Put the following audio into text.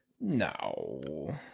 No